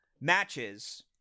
matches